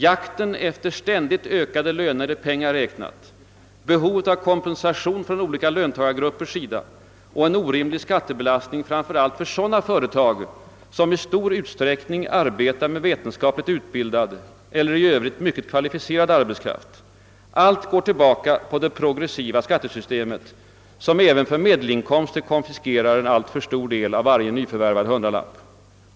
Jakten efter ständigt ökade löner i pengar räknat, behovet av kompensation från olika löntagargruppers sida och en orimlig skattebelastning framför allt för sådana företag som i stor utsträckning arbetar med vetenskapligt utbildad eller i övrigt mycket kvalificerad årbetskraft, allt går tillbaka på det progressiva skattesystemet, som även för medelinkomster konfiskerar en alltför stör del av varje nyförvärvad hundralapp.